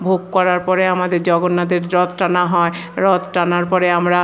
ভোগ করার পরে আমাদের জগন্নাথের রত টানা হয় রথ টানার পরে আমরা